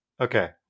Okay